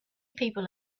people